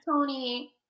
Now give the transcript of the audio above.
Tony